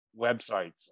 Websites